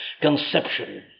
conception